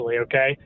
okay